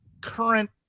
current